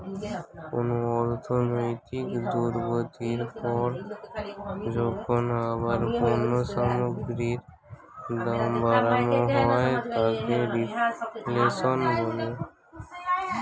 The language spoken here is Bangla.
কোনো অর্থনৈতিক দুর্গতির পর যখন আবার পণ্য সামগ্রীর দাম বাড়ানো হয় তাকে রিফ্লেশন বলে